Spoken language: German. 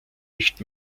nicht